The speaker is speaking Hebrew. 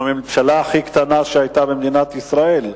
אנחנו הממשלה הכי קטנה שהיתה במדינת ישראל,